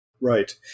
Right